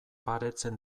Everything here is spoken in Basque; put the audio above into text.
baretzen